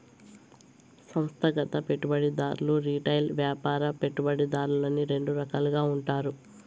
సంస్థాగత పెట్టుబడిదారులు రిటైల్ వ్యాపార పెట్టుబడిదారులని రెండు రకాలుగా ఉంటారు